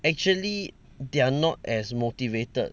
actually they are not as motivated